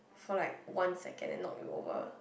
for like one second and knock you over